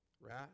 right